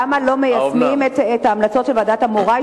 למה לא מיישמים את ההמלצות של ועדת-אמוראי